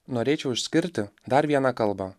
norėčiau išskirti dar vieną kalbą